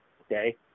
Okay